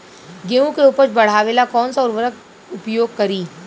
गेहूँ के उपज बढ़ावेला कौन सा उर्वरक उपयोग करीं?